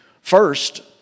First